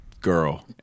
girl